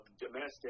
domestic